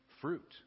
fruit